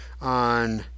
...on